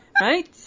Right